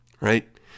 right